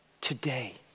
today